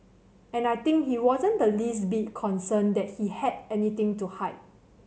and I think he wasn't the least bit concerned that he had anything to hide